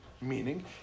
Meaning